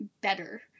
better